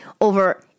over